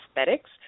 Aesthetics